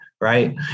Right